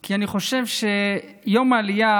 כי אני חושב שיום העלייה,